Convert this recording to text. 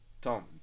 Tom